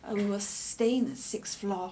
we were staying the sixth floor